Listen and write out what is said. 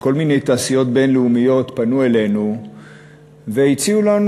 שכל מיני תעשיות בין-לאומיות פנו אלינו והציעו לנו